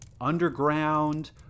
underground